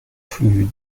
plus